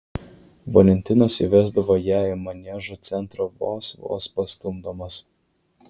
valentinas įvesdavo ją į maniežo centrą vos vos pastumdamas